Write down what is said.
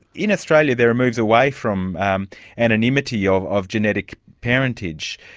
in australia there are moves away from um anonymity ah of of genetic parentage,